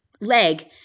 leg